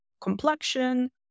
complexion